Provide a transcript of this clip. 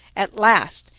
at last,